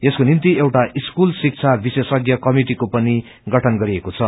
यसको निग्रि एउटा स्कूल शिक्षा विशेषह्र कमिटिको पनि गठन गरिएको छ